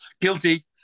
Guilty